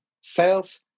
sales